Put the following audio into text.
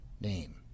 name